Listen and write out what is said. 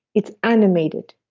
it's animated,